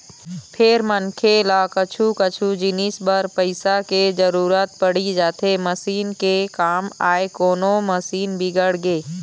फेर मनखे ल कछु कछु जिनिस बर पइसा के जरुरत पड़ी जाथे मसीन के काम आय कोनो मशीन बिगड़गे